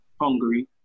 Hungary